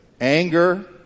anger